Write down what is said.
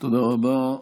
תודה רבה.